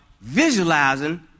visualizing